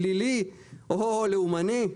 פלילי או לאומני.